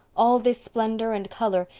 all this splendor and color,